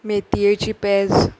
मेतयेची पेज